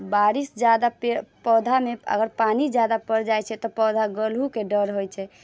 बारिश ज्यादा तेज पौधा नहि अगर पानी ज्यादा पड़ि जाइत छै तऽ पौधा गलहुके डर होइत छै